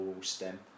stem